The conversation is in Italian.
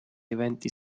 eventi